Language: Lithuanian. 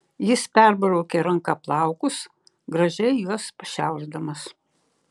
jis perbraukė ranka plaukus gražiai juos pašiaušdamas